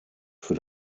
für